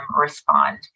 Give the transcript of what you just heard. respond